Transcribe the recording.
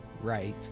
right